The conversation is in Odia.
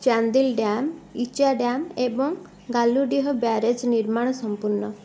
ଚାନ୍ଦିଲ୍ ଡ଼୍ୟାମ୍ ଇଚା ଡ଼୍ୟାମ୍ ଏବଂ ଗାଲୁଡ଼ିହ ବ୍ୟାରେଜ୍ ନିର୍ମାଣ ସମ୍ପୂର୍ଣ୍ଣ